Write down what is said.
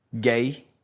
Gay